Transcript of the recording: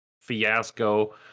fiasco